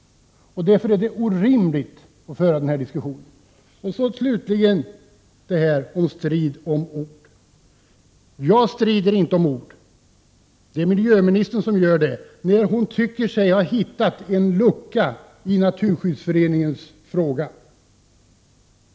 Därför är det orimligt att föra den här diskussionen. Slutligen, när det gäller strid om ord, vill jag säga att jag strider inte om ord. Det är miljöministern som gör det, när hon tycker sig ha hittat en lucka i Naturskyddsföreningens fråga.